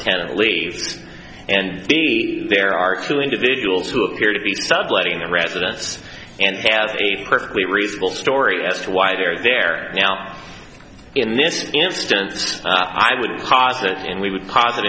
tenant leave and be there are two individuals who appear to be subletting the resident and has a perfectly reasonable story as to why they are there now in this instance i would posit and we would posit